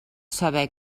saber